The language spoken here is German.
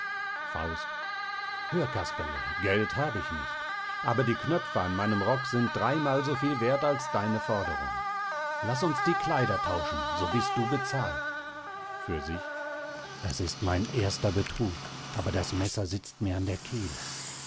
faust hör casperle geld hab ich nicht aber die knöpfe an meinem rock sind dreimal so viel werth als deine forderung laß uns die kleider tauschen so bist du bezahlt für sich es ist mein erster betrug aber das meßer sitzt mir an der kehle